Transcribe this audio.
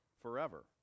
forever